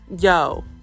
yo